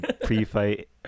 pre-fight